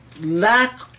lack